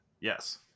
yes